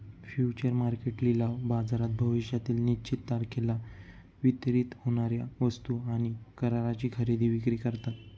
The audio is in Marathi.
फ्युचर मार्केट लिलाव बाजारात भविष्यातील निश्चित तारखेला वितरित होणार्या वस्तू आणि कराराची खरेदी विक्री करतात